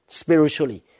spiritually